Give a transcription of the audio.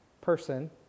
person